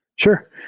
sure.